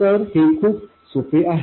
तर हे खूप सोपे आहे